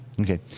Okay